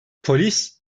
polis